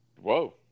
Whoa